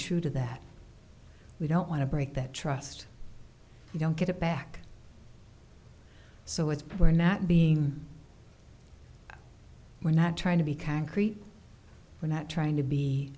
true to that we don't want to break that trust we don't get it back so it's we're not being we're not trying to be concrete we're not trying to be